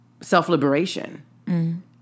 self-liberation